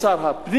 את שר הפנים,